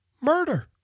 murder